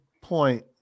point